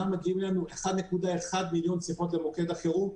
מגיעות אלינו 1.1 מיליון שיחות למוקד החירום,